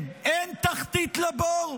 כן, אין תחתית לבור?